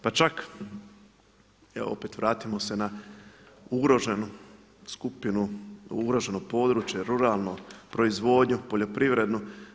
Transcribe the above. Pa čak, evo opet vratimo se na ugroženu skupinu, ugroženo područje ruralno, proizvodnju, poljoprivrednu.